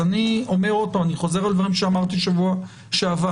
אני אומר שוב ואני חוזר על דברים שאמרתי בשבוע שעבר